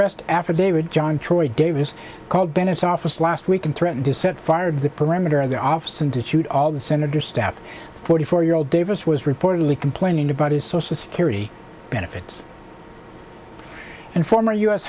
rest affidavit john troy davis called bennett's office last week and threatened to set fire to the perimeter of their office and to cheat all the senator's staff forty four year old davis was reportedly complaining about his social security benefits and former u